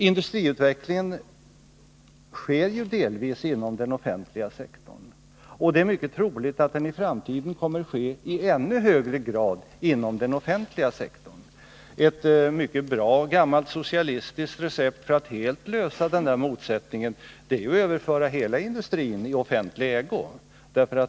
Industriutvecklingen sker delvis inom den offentliga sektorn, och det är troligt att den i framtiden i ännu högre grad kommer att ske inom den offentliga sektorn. Ett bra gammalt socialistiskt recept för att helt lösa den motsättningen är att överföra hela industrin i offentlig ägo.